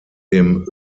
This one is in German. dem